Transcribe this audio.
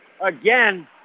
Again